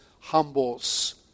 humbles